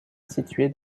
située